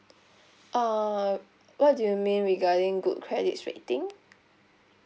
uh what do you mean regarding good credits rating